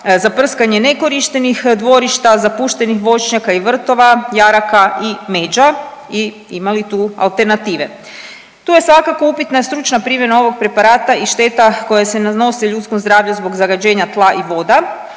za prskanje nekorištenih dvorišta, zapuštenih voćnjaka i vrtova, jaraka i međa i ima li tu alternative. Tu je svakako upitna stručna primjena ovog preparata i šteta koja se nanosi ljudskom zdravlju zbog zagađenja tla i voda,